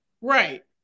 Right